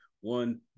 one